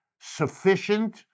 sufficient